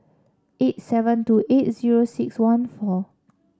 eight seven two eight six one four